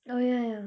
oh ya ya